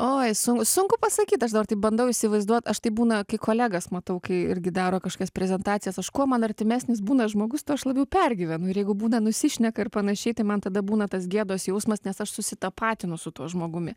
oi sun sunku pasakyt aš dabar taip bandau įsivaizduot aš taip būna kai kolegas matau kai irgi daro kažkokias prezentacijas aš kuo man artimesnis būna žmogus tuo aš labiau pergyvenu ir jeigu būna nusišneka ir panašiai tai man tada būna tas gėdos jausmas nes aš susitapatinu su tuo žmogumi